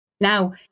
Now